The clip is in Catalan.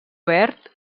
verd